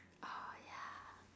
oh yeah